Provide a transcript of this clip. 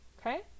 Okay